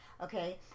okay